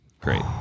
Great